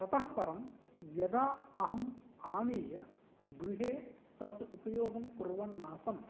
ततः परं यदा अहम् आनीय गृहे तस्य उपयोगं कुर्वन् आसम्